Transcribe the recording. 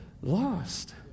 lost